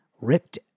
ripped